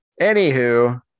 anywho